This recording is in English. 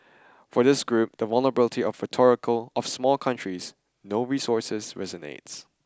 for this group the vulnerability of rhetorical of small countries no resources resonates